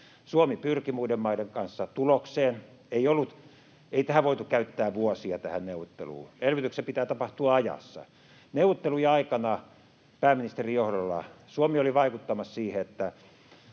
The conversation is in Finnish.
Suomi pyrki muiden maiden kanssa tulokseen. Ei tähän neuvotteluun voitu käyttää vuosia. Elvytyksen pitää tapahtua ajassa. Neuvottelujen aikana pääministerin johdolla Suomi oli vaikuttamassa siihen, että